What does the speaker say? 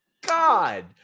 God